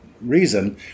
reason